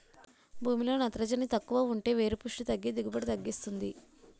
భూమిలో నత్రజని తక్కువుంటే వేరు పుస్టి తగ్గి దిగుబడిని తగ్గిస్తుంది